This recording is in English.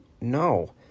No